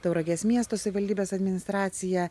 tauragės miesto savivaldybės administracija